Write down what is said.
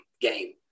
game